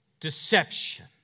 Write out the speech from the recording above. deception